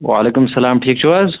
وَعلیکُم اَسلام ٹھیٖک چھِو حظ